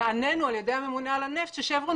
נענינו על ידי הממונה על הנפט ששברון